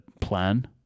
plan